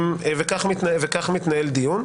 כך מתנהל דיון.